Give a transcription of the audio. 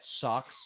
sucks